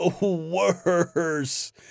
Worse